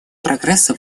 прогресса